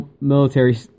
military